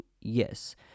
yes